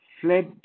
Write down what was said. fled